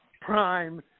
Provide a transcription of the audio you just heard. Prime